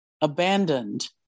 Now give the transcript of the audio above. abandoned